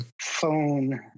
phone